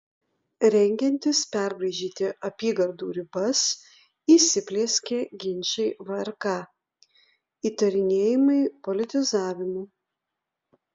rengiantis perbraižyti apygardų ribas įsiplieskė ginčai vrk įtarinėjimai politizavimu